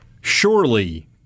Surely